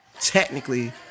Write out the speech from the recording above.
technically